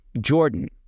Jordan